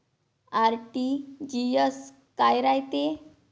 RTGS काय रायते?